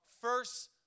first